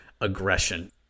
aggression